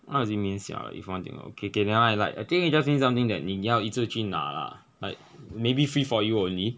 what does it mean sia if one thing okay okay nevermind like I think it just mean something that 你要一直去拿 lah like maybe free for you only